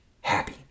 happy